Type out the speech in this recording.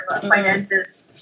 finances